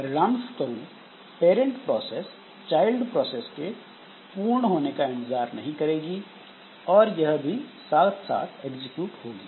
परिणाम स्वरूप parent process child process के पूर्ण होने का इंतजार नहीं करेगी और यह भी साथ साथ एग्जीक्यूट होगी